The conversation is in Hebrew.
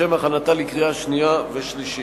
לשם הכנתה לקריאה שנייה ולקריאה שלישית.